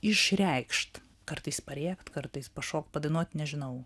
išreikšt kartais parėkt kartais pašokt padainuot nežinau